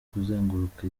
kuzenguruka